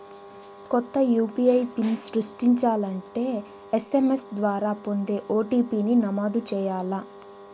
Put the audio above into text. కొత్త UPI pin సృష్టించాలంటే SMS ద్వారా పొందే ఓ.టి.పి.ని నమోదు చేయాల్ల